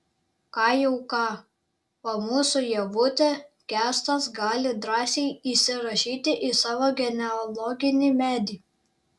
ką jau ką o mūsų ievutę kęstas gali drąsiai įsirašyti į savo genealoginį medį